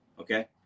Okay